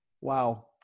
Wow